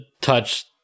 touch